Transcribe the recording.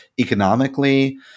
economically